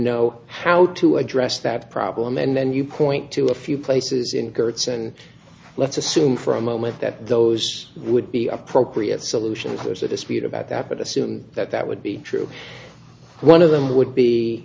know how to address that problem and then you point to a few places in gertz and let's assume for a moment that those would be appropriate solution there's a dispute about that but assume that that would be true one of them would be